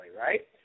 right